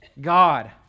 God